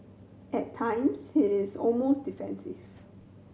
at times he is almost defensive